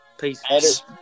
Peace